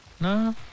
No